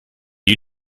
you